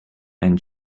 and